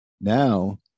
Now